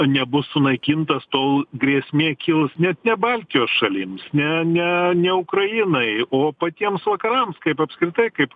nebus sunaikintas tol grėsmė kils net ne baltijos šalims ne ne ne ukrainai o patiems vakarams kaip apskritai kaip